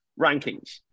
rankings